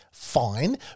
Fine